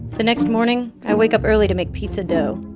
the next morning i wake up early to make pizza dough.